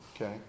Okay